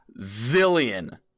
zillion